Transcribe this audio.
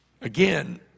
Again